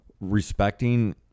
respecting